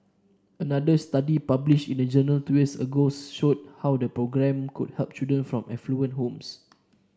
another study published in a journal two years ago showed how the programme could help children from affluent homes